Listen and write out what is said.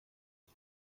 ese